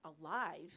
alive